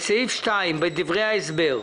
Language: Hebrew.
בסעיף 2, בדברי ההסבר: